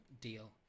Deal